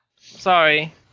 Sorry